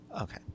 Okay